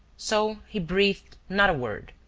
so he breathed not a word,